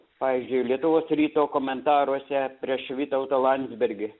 pavyzdžiui lietuvos ryto komentaruose prieš vytautą landsbergį